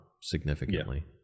significantly